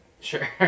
sure